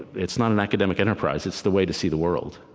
it's not an academic enterprise it's the way to see the world.